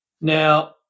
Now